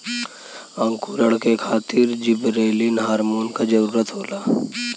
अंकुरण के खातिर जिबरेलिन हार्मोन क जरूरत होला